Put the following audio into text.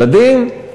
ילדים,